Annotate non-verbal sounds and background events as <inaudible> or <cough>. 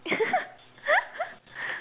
<laughs>